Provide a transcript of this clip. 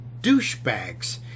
douchebags